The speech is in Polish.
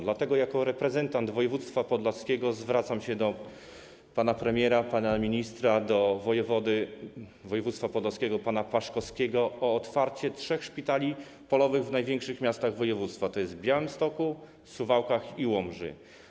Dlatego jako reprezentant województwa podlaskiego zwracam się do pana premiera, pana ministra, wojewody województwa podlaskiego pana Paszkowskiego o otwarcie trzech szpitali polowych w największych miastach województwa, tj. w Białymstoku, Suwałkach i Łomży.